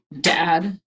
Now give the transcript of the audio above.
dad